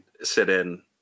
sit-in